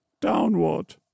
downward